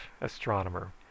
astronomer